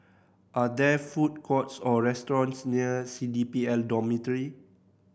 are there food courts or restaurants near C D P L Dormitory